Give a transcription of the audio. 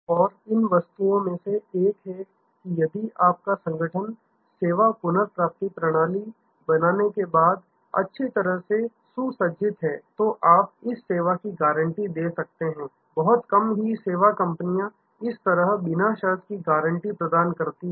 और इन वस्तुओं में से एक है कि यदि आपका संगठन सेवा पुनर्प्राप्ति प्रणाली बनाने के बाद अच्छी तरह से सुसज्जित है तो आप इस सेवा की गारंटी दे सकते हैं बहुत कम ही सेवा कंपनियां इस तरह बिना शर्त की गारंटी प्रदान करती है